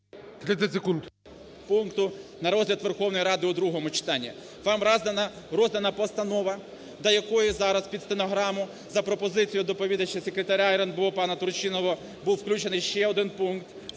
І.Ю. ... пункту на розгляд Верховної Ради у другому читанні. Вам роздана постанова, до якої зараз під стенограму за пропозицією доповідача, секретаря РНБО пана Турчинова був включений ще один пункт